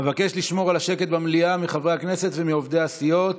אבקש לשמור על השקט במליאה מחברי הכנסת ומעובדי הסיעות